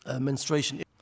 menstruation